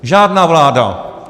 Žádná vláda.